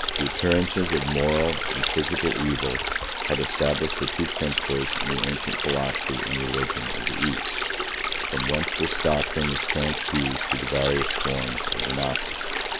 the appearances of moral and physical evil had established the two principles in the ancient philosophy and religion of the east from whence this doctrine was transfused to the various swarms of the gnostics.